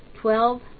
twelve